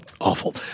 Awful